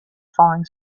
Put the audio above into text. falling